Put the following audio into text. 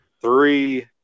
three